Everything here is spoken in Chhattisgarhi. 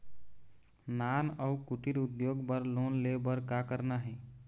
नान अउ कुटीर उद्योग बर लोन ले बर का करना हे?